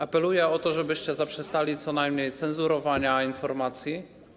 Apeluję o to, abyście zaprzestali przynajmniej cenzurowania informacji.